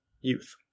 youth